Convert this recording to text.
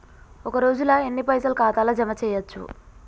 ఒక రోజుల ఎన్ని పైసల్ ఖాతా ల జమ చేయచ్చు?